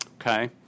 okay